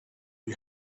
you